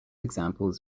examples